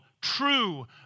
true